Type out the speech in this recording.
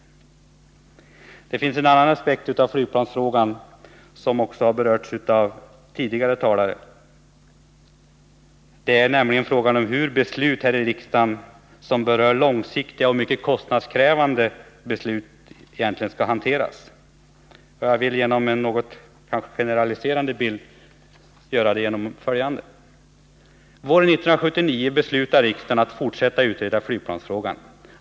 Det finns en annan aspekt på flygplansfrågan, som också den har berörts av tidigare talare, nämligen hur ärenden i riksdagen vilka kräver långsiktiga och kostnadskrävande beslut egentligen skall hanteras. Jag vill med en kanske något generaliserande bild beskriva utvecklingen i detta ärende på följande sätt: 1. Våren 1979 beslutar riksdagen att fortsätta att utreda flygplansfrågan.